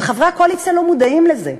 וחברי הקואליציה לא מודעים לזה.